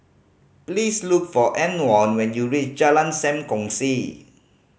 please look for Antwon when you reach Jalan Sam Kongsi